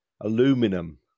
aluminum